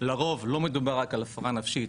לרוב לא מדובר רק על הפרעה נפשית,